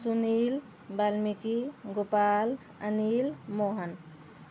Sunil Valmiki Gopal Anil Mohan